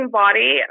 body